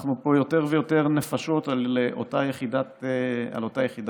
אנחנו פה יותר ויותר נפשות על אותה יחידת שטח.